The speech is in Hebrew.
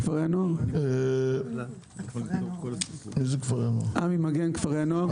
עמי מגן, כפרי הנוער.